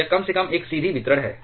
यह कम से कम एक सीधी वितरण है